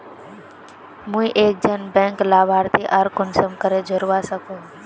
मुई एक जन बैंक लाभारती आर कुंसम करे जोड़वा सकोहो ही?